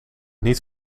niet